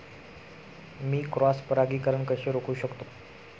मी cross परागीकरण कसे रोखू शकतो?